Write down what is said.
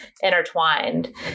intertwined